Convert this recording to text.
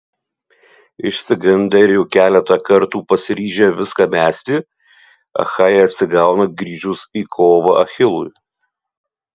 išsigandę ir jau keletą kartų pasiryžę viską mesti achajai atsigauna grįžus į kovą achilui